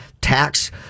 tax